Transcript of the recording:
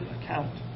account